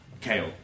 Kale